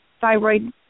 thyroid